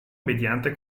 mediante